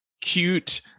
cute